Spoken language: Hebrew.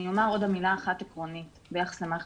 אני אומר עוד אמירה אחת עקרונית ביחס למערכת